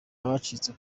abacitse